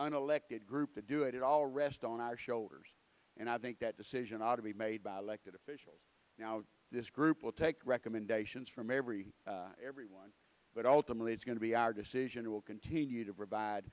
unelected group to do it all rest on our shoulders and i think that decision ought to be made by elected officials now this group will take recommendations from every every one but ultimately it's going to be our decision will continue to provide